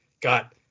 got